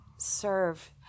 serve